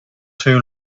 too